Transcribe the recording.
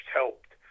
helped